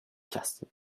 just